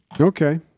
Okay